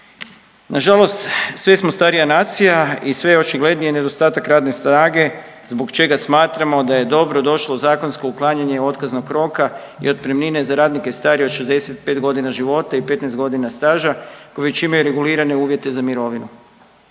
Na žalost sve smo starija nacija i sve je očiglednije nedostatak radne snage zbog čega smatramo da je dobro došlo zakonsko otklanjanje otkaznog roka i otpremnine za radnike starije od 65 godina života i 15 godina staža koji već imaju regulirane uvjete za mirovinu.